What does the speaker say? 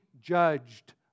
judged